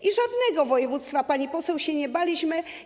I żadnego województwa, pani poseł, się nie baliśmy.